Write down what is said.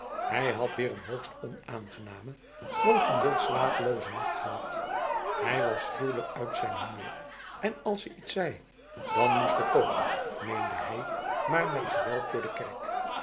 hij had weer een hoogst onaangename grotendeels slapeloze nacht gehad hij was gruwelijk uit zijn humeur en als ze iets zei dan moest de kogel meende hij maar met geweld door de kerk